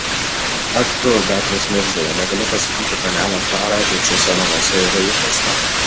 ak tu gatvės murziau negali pasakyti panelę klarą kaip šiuose namuose yra įprasta